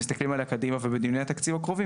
מסתכלים עליה קדימה ובדיוני התקציב הקרובים